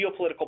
geopolitical